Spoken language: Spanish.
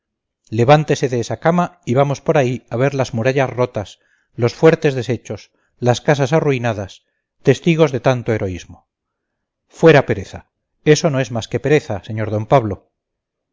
levántese de esa cama y vamos por ahí a ver las murallas rotas los fuertes deshechos las casas arruinadas testigos de tanto heroísmo fuera pereza eso no es más que pereza señor don pablo